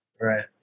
Right